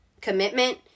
commitment